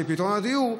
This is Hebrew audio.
של פתרון הדיור,